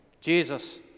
Jesus